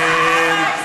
אדוני השר,